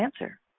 answer